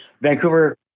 Vancouver